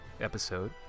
episode